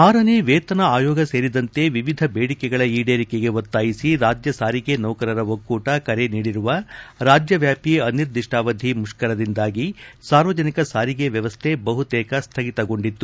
ಆರನೇ ವೇತನ ಆಯೋಗ ಸೇರಿದಂತೆ ಎವಿಧ ಬೇಡಿಕೆಗಳ ಈಡೇರಿಕೆಗೆ ಒತ್ತಾಯಿಸಿ ರಾಜ್ಯ ಸಾರಿಗೆ ನೌಕರರ ಒಕ್ಕೂಟ ಕರೆ ನೀಡಿರುವ ರಾಜ್ಯವ್ಯಾಪಿ ಅನಿರ್ಧಿಷ್ಟಾವಧಿ ಮುಷ್ಕರದಿಂದಾಗಿ ಸಾರ್ವಜನಿಕ ಸಾರಿಗೆ ವ್ಯವಸ್ಥೆ ಬಹುತೇಕ ಸ್ಥಗಿತಗೊಂಡಿತ್ತು